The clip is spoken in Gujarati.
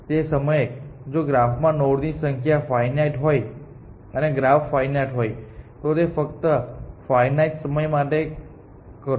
તે સમયે જો ગ્રાફમાં નોડ ની સંખ્યા ફાઇનાઇટ હોય અને ગ્રાફ ફાઇનાઇટ હોય તો તે ફક્ત ફાઇનાઇટ સમય માટે કરો